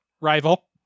rival